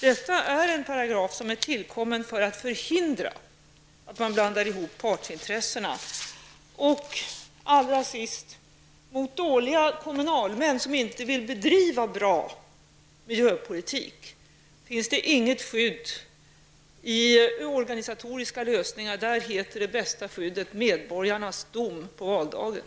Detta är en paragraf som är tillkommen för att förhindra att man blandar ihop partsintressena. Alla sist vill jag säga följande: Mot dåliga kommunalmän, som inte vill bedriva bra miljöpolitik, finns det inget skydd i organisatoriska lösningar. Där är det bästa skyddet medborgarnas dom på valdagen.